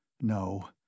No